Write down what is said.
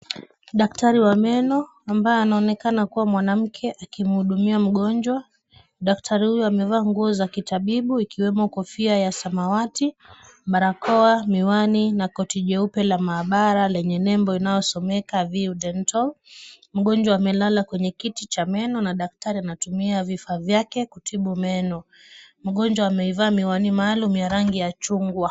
Daktari wa meno, ambaye anaonekana kuwa mwanamke akimhudumia mgonjwa. Daktari huyo amevaa nguo za kitabibu ikiwemo kofia ya samawati, barakoa, miwani na koti jeupe la maabara lenye nembo inayosomeka view dental . Mgonjwa amelala kwenye kiti cha meno na daktari anatumia vifaa vyake kutibu meno. Mgonjwa ameivaa miwani maalum ya rangi ya chungwa.